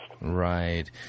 Right